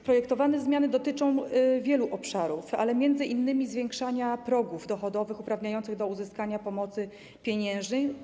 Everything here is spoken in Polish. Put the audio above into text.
Projektowane zmiany dotyczą wielu obszarów, m.in. zwiększenia progów dochodowych uprawniających do uzyskania pomocy pieniężnej.